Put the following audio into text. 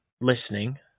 listening